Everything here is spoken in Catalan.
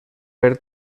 per